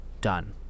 done